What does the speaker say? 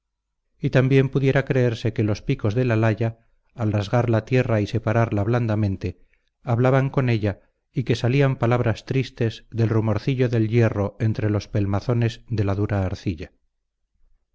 y también pudiera creerse que los picos de la laya al rasgar la tierra y separarla blandamente hablaban con ella y que salían palabras tristes del rumorcillo del hierro entre los pelmazones de la dura arcilla